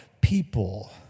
people